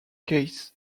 case